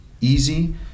easy